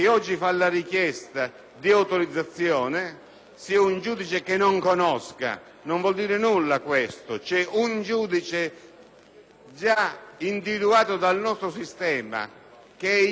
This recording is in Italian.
sia un giudice che non conosca: non vuol dire nulla, questo. Vi è un giudice già individuato dal nostro sistema, il giudice delle intercettazioni; non possiamo